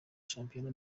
shampiyona